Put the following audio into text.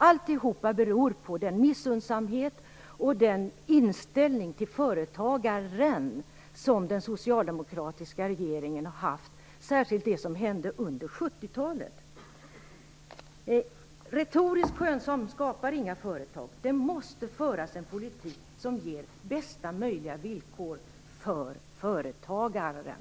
Alltihop beror på den inställning av missunnsamhet som den socialdemokratiska regeringen har haft till företagaren. Det gäller särskilt det som hände under 70-talet. Retorisk skönsång skapar inga företag. Det måste föras en politik som ger bästa möjliga villkor för företagaren.